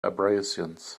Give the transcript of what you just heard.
abrasions